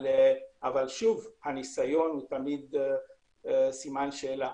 אבל שוב, הניסיון הוא תמיד סימן שאלה.